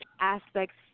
aspects